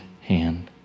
hand